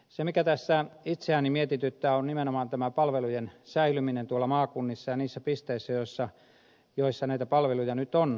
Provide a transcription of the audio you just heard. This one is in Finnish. se mikä tässä itseäni mietityttää on nimenomaan tämä palvelujen säilyminen tuolla maakunnissa ja niissä pisteissä joissa näitä palveluja nyt on